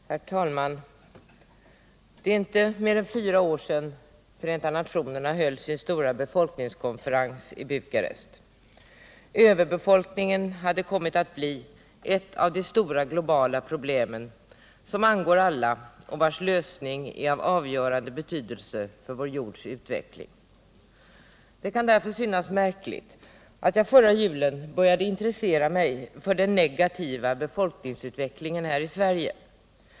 Herr talman! Det är inte mer än fyra år sedan Förenta nationerna höll sin stora befolkningskonferens i Bukarest. Överbefolkningen hade kommit att bli ett av de stora globala problemen som angår alla och vars lösning är av avgörande betydelse för vår jords utveckling. Det kan därför synas märkligt att jag förra julen började intressera mig för den negativa befolkningsutvecklingen här i Sverige.